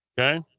Okay